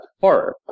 horror